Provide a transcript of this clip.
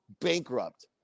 bankrupt